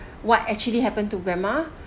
what actually happen to grandma